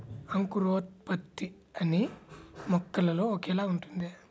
అంకురోత్పత్తి అన్నీ మొక్కలో ఒకేలా ఉంటుందా?